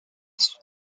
sous